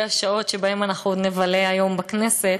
השעות שבהן אנחנו עוד נבלה היום בכנסת.